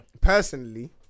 personally